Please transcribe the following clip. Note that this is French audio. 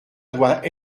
doit